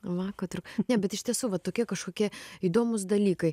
va ko trū ne bet iš tiesų va tokie kažkokie įdomūs dalykai